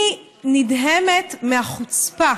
אני נדהמת מהחוצפה